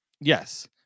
Yes